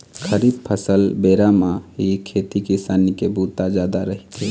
खरीफ फसल बेरा म ही खेती किसानी के बूता जादा रहिथे